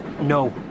No